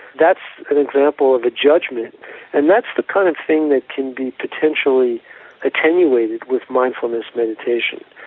that's an example of a judgement and that's the kind of thing that can be potentially attenuated with mindfulness meditation.